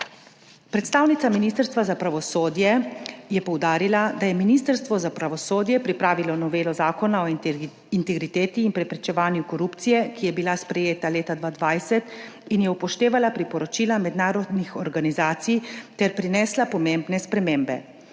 Predstavnica Ministrstva za pravosodje je poudarila, da je Ministrstvo za pravosodje pripravilo novelo Zakona o integriteti in preprečevanju korupcije, ki je bila sprejeta leta 2020 in je upoštevala priporočila mednarodnih organizacij ter prinesla pomembne spremembe.